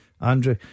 Andrew